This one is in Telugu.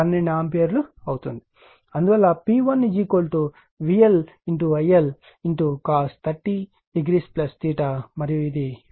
అందువల్ల P1 VL IL cos 30 o మరియు ఇది 36